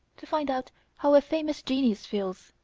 to find out how a famous genius feels.